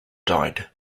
died